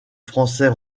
français